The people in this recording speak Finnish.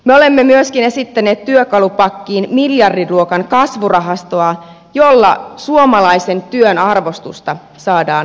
me olemme myöskin esittäneet työkalupakkiin miljardiluokan kasvurahastoa jolla suomalaisen työn arvostusta saadaan nousuun